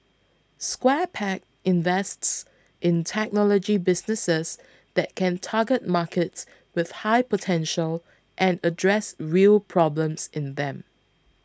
Square Peg invests in technology businesses that can target markets with high potential and address real problems in them